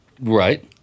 Right